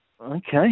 Okay